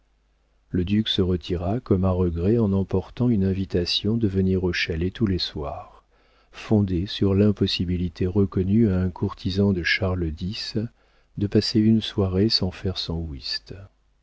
le duc se retira comme à regret en emportant une invitation de venir au chalet tous les soirs fondée sur l'impossibilité reconnue à un courtisan de charles x de passer une soirée sans faire son whist